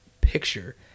picture